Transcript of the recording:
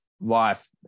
life